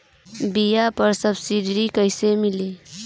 बीया पर सब्सिडी कैसे मिली?